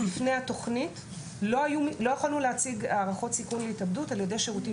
לפני התוכנית לא יכולנו להציג הערכות סיכון להתאבדות על ידי שירותים